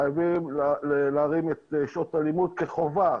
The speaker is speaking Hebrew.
חייבים להרים את שעות הלימוד כחובה,